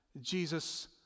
Jesus